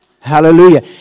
Hallelujah